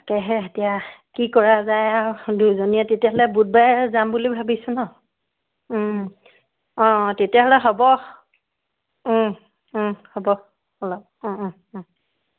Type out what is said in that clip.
তাকেহে এতিয়া কি কৰা যায় আও দুইজনীয়ে তেতিয়াহ'লে বুধবাৰে যাম বুলি ভাবিছোঁ ন অঁ তেতিয়াহ'লে হ'ব হ'ব অলপ